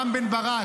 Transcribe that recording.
רם בן ברק,